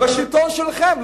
בשלטון שלכם.